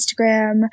instagram